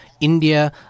India